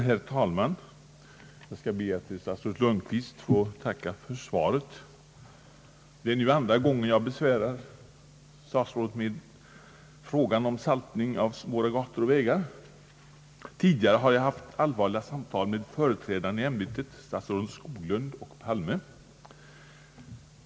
Herr talman! Jag ber att få tacka statsrådet Lundkvist för svaret på min fråga. Det är nu andra gången som jag besvärar kommunikationsministern med frågan om saltning av våra gator och vägar. Tidigare har jag haft allvarliga samtal om detta också med hans företrädare i ämbetet, statsråden Skoglund och Palme.